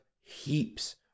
heaps